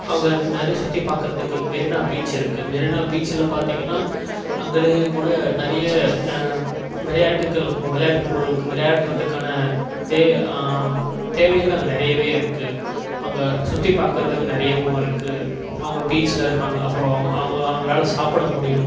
அவங்க நிறைய சுற்றி பார்க்குறதுக்கு மெரினா பீச் இருக்குது மெரினா பீச்சில் பார்த்திங்கனா அங்கயேக்கூட நிறைய விளையாட்டுக்கள் இப்போ விளையாட்டு பொருள் விளையாடுறதுக்கான தே தேவைகள் அங்கே நிறையவே இருக்குது அங்கே சுற்றி பார்க்குறதுக்கு நிறையவும் இருக்குது அவங்க பீச்சில் இருப்பாங்க அப்புறம் அவங்க அவங்க அவங்களால சாப்பிட முடியும்